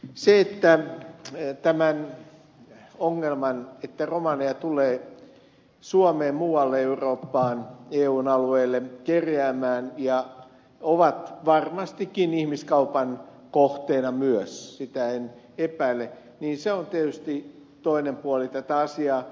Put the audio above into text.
tämä ongelma että romaneja tulee suomeen ja muualle eun alueelle kerjäämään ja he ovat varmastikin ihmiskaupan kohteena myös sitä en epäile on tietysti toinen puoli tätä asiaa